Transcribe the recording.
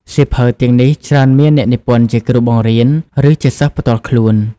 សៀវភៅទាំងនេះច្រើនមានអ្នកនិពន្ធជាគ្រូបង្រៀន ឬជាសិស្សផ្ទាល់ខ្លួន។